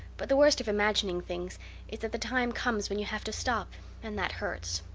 but the worst of imagining things is that the time comes when you have to stop and that hurts.